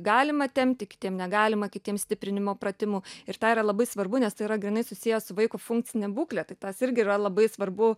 galima tempti kitiem negalima kitiem stiprinimo pratimų ir tą yra labai svarbu nes tai yra grynai susiję su vaiko funkcine būkle tai tas irgi yra labai svarbu